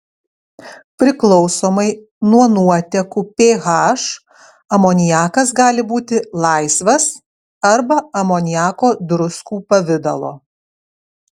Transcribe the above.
priklausomai nuo nuotekų ph amoniakas gali būti laisvas arba amoniako druskų pavidalo